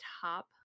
top